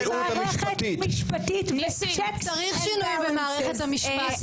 אני רק רוצה להגיד דבר אחד.